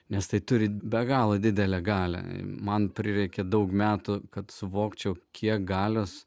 nes tai turi be galo didelę galią man prireikė daug metų kad suvokčiau kiek galios